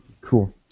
Cool